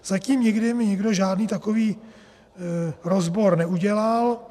Zatím nikdy mi nikdo žádný takový rozbor neudělal.